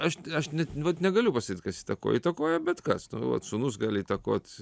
aš aš net vat negaliu pasakyt kas įtakoja įtakoja bet kas tavo vat sūnus gali įtakot